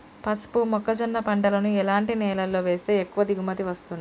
పసుపు మొక్క జొన్న పంటలను ఎలాంటి నేలలో వేస్తే ఎక్కువ దిగుమతి వస్తుంది?